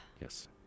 Yes